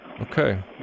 Okay